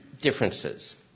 differences